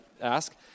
ask